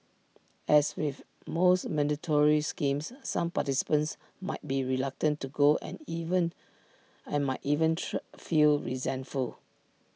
as with most mandatory schemes some participants might be reluctant to go and even and might even feel resentful